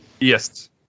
Yes